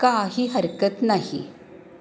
काही हरकत नाही